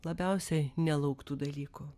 labiausiai nelauktų dalykų